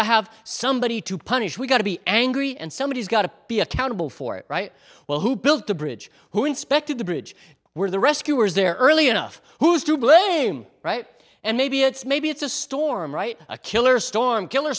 to have somebody to punish we got to be angry and somebody has got to be accountable for it well who built the bridge who inspected the bridge where the rescuers there early enough who's to blame and maybe it's maybe it's a storm right a killer storm killer